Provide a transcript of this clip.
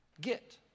get